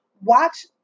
watch